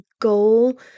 goal